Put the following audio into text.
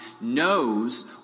knows